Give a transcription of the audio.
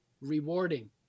rewarding